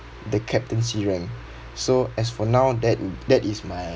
the captaincy rank so as for now that that is my